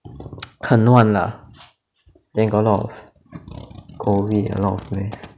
很乱 lah then got a lot of COVID a lot of rest